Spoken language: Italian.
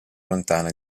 lontana